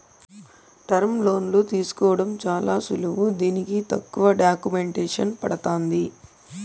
టర్ములోన్లు తీసుకోవడం చాలా సులువు దీనికి తక్కువ డాక్యుమెంటేసన్ పడతాంది